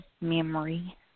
Memory